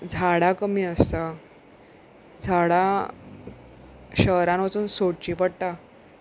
झाडां कमी आसता झाडां शहरान वचून सोदचीं पडटा